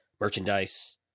merchandise